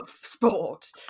sport